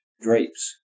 drapes